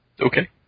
Okay